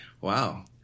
Wow